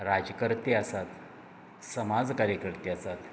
राज्य कर्ते आसात समाजकार्य कर्ते आसात